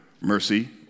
mercy